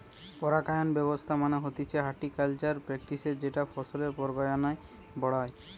পরাগায়ন ব্যবস্থা মানে হতিছে হর্টিকালচারাল প্র্যাকটিসের যেটা ফসলের পরাগায়ন বাড়ায়